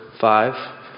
five